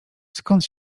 skąd